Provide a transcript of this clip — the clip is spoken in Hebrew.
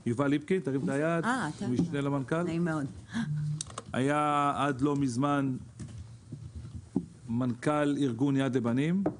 הוא היה עד לא מזמן מנכ"ל ארגון יד לבנים,